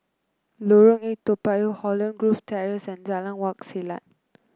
Lorong Eight Toa Payoh Holland Grove Terrace and Jalan Wak Selat